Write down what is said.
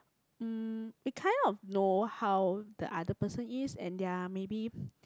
um we kind of know how the other person is and their maybe